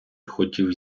хотів